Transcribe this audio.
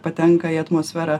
patenka į atmosferą